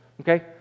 okay